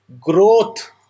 growth